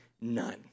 none